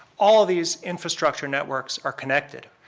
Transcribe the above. all of these infrastructure networks are connected.